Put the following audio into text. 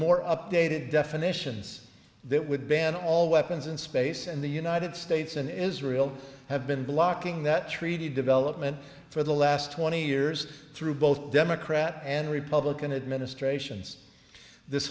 more updated definitions that would ban all weapons in space and the united states and israel have been blocking that treaty development for the last twenty years through both democrat and republican administrations this